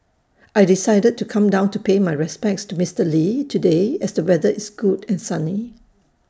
I decided to come down to pay my respects to Mister lee today as the weather is good and sunny